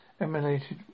emulated